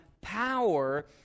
power